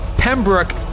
Pembroke